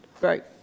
Right